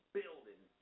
building